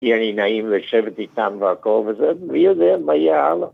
יהיה לי נעים לשבת איתם והכל וזה, מי יודע מה יהיה הלאה.